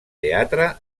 teatre